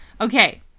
Okay